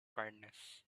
kindness